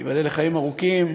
שתיבדל לחיים ארוכים,